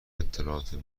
اطلاعات